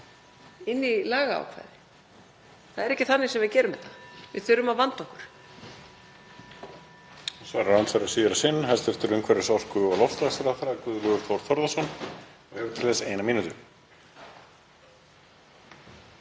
hringir.) Það er ekki þannig sem við gerum þetta. Við þurfum að vanda okkur.